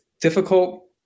difficult